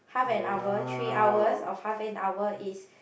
half an hour three hours of half an hour is